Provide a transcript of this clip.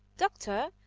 doctor,